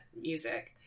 music